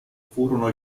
furono